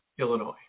Illinois